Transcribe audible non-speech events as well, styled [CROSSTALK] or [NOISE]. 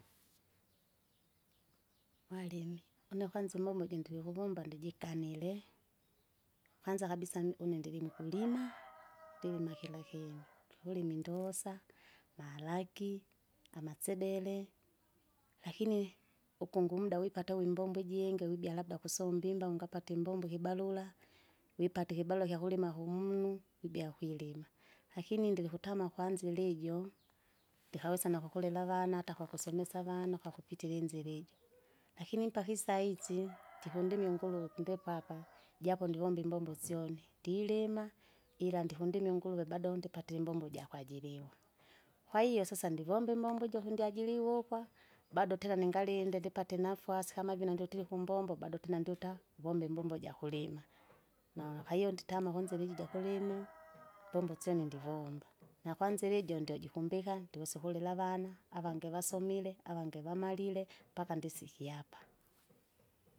[NOISE] mwalimi [NOISE] une kwanza imbombo jindirikuvomba ndijikanile, [NOISE] kwanza kabisa mi- unendiri mkulima, [NOISE] ndilima kila kinu, tukulima ndosa, malaki, amatsebele [NOISE] lakini, ukungu umuda wipata wipata uwi imbombo ijingi wibia labda kusomba imbau ungapata imbombo ikibarura, wipate ikibarura ikyakulima kumunu, kwibya kwilima, lakini ndirikutama kwanzira ijo, [NOISE] ndikawesa nakokolela avana hata kwakusomesa avana kwakupitira inzira ijo. [NOISE] Lakini mpaka isaizi [NOISE] njikundimie unguruwe ukundipapa, japo ndivomba imbombo syone, ndilima, ila ndikundimye unguruve bado ndipate imbombo jakwajiriwa [NOISE] kwahiyo sasa ndivomba imbombo ijo kundiajiriwe ukwa [NOISE] bado tena ningalinde ndipate ndipate inafwasi kamavina nditiri kumbombo, bado tena ndiuta, kuvomba imbombo ijakulima [NOISE] nakwahiyo nditama kwanzira iji jakulima, [NOISE] imbombo syone ndivomba, nakwanzira ijo ndyojikumbika, ndikusikulila avana, avange vasomile, avange vamalile, mpaka ndisikie apa. [NOISE]